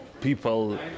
people